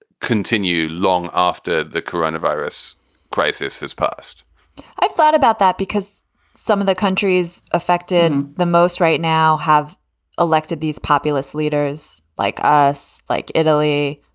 continue long after the coronavirus crisis has passed i've thought about that because some of the countries affected the most right now have elected these populist leaders like us. like italy,